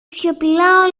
σιωπηλά